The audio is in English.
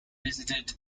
visited